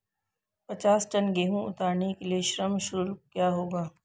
पचास टन गेहूँ उतारने के लिए श्रम शुल्क क्या होगा?